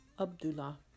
Abdullah